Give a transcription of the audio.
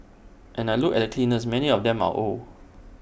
and I look at the cleaners many of them are old